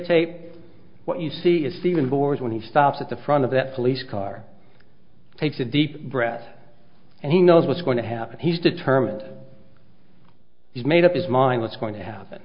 videotape what you see it's even bohr's when he stops at the front of that police car takes a deep breath and he knows what's going to happen he's determined he's made up his mind what's going to happen